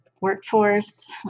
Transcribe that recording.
workforce